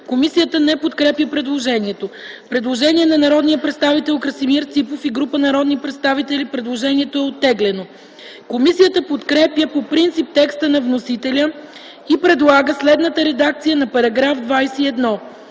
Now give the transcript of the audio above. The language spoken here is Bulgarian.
Комисията не подкрепя предложението. Предложение на народния представител Красимир Ципов и група народни представители. Комисията подкрепя предложението. Комисията подкрепя по принцип текста на вносителя и предлага следната редакция на § 12: „§ 12.